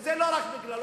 וזה לא רק בגללו,